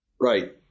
right